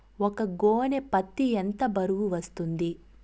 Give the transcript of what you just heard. ఒక గోనె పత్తి ఎంత బరువు వస్తుంది?